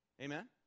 Amen